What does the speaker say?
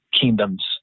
kingdoms